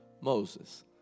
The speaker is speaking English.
Moses